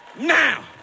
now